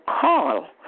call